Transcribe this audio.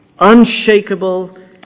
Unshakable